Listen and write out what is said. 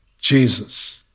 Jesus